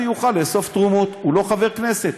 הוא יוכל לאסוף תרומות, הוא לא חבר כנסת.